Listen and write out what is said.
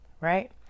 right